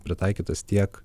pritaikytas tiek